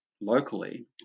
locally